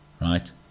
Right